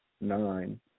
nine